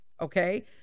Okay